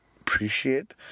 appreciate